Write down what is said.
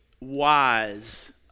wise